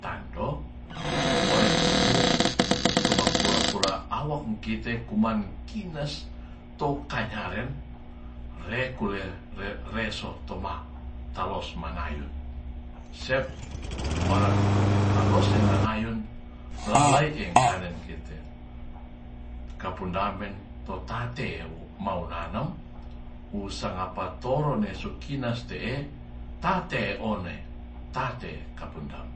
tando ore tumu sutoma kura kura awak kite kuma kinas to kanyaren rekule reso toma talos manayun sep ora talosse nanayun lalai in karen kite kapundamen totateu maunanam wusangapa toro su kinas te'e tate one tate kapundam